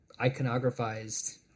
iconographized